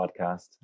podcast